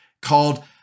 called